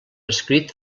escrit